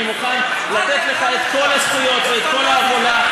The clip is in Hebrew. אני מוכן לתת לך את כל הזכויות ואת כל ההובלה.